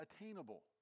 attainable